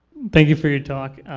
thank you for your talk.